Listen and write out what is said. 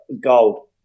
Gold